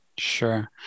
sure